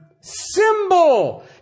symbol